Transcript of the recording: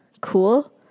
cool